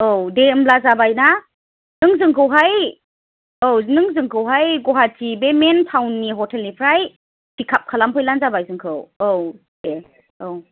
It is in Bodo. औ दे होमब्ला जाबायना नों जोंखौहाय औ नों जोंखौहाय गुवाहाटि बे मेइन टाउननि हटेलनिफ्राय पिक आप खालामफैब्लानो जाबाय जोंखौ औ दे औ